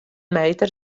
meter